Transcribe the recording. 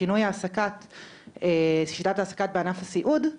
בשינוי שיטת העסקה בענף הסיעוד,